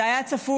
זה היה צפוי.